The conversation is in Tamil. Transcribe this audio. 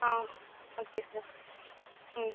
ஆ ஓகே சார் ம்